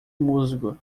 musgo